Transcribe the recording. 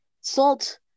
salt